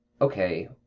okay